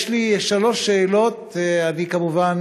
יש לי שלוש שאלות, ואני כמובן